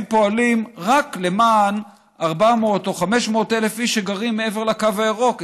הם פועלים רק למען 400,000 או 500,000 איש שגרים מעבר לקו הירוק.